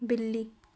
ਬਿੱਲੀ